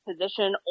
position